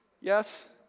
Yes